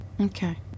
Okay